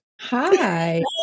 Hi